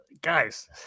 Guys